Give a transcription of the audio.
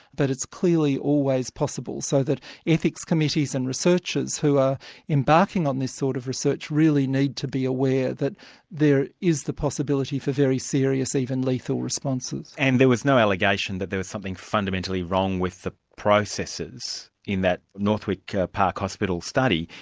it's clearly always possible. so that ethics committees and researchers who are embarking on this sort of research really need to be aware that there is the possibility for very serious, even lethal responses. and there was no allegation that there was something fundamentally wrong with the processes in that northwick park hospital study,